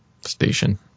station